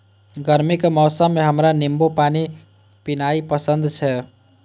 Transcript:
गर्मी के मौसम मे हमरा नींबू पानी पीनाइ पसंद छै